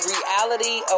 Reality